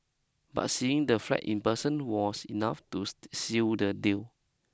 but seeing the flat in person was enough to seal the deal